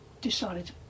decided